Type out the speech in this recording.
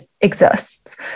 exists